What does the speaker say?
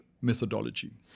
methodology